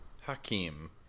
Hakim